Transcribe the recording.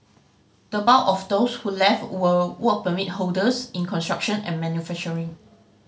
the bulk of those who left were work permit holders in construction and manufacturing